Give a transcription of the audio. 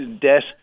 debt